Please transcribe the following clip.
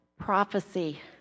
Prophecy